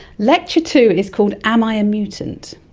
lecture two is called am i a mutant,